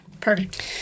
Perfect